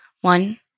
One